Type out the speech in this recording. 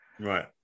Right